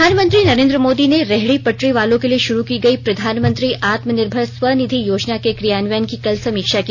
प्रधानमंत्री नरेन्द्र मोदी ने रेहड़ी पटरी वालों के लिए शुरू की गई प्रधानमंत्री आत्मनिर्भर स्व निधि योजना के क्रियान्वयन की कल समीक्षा की